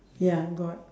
ya got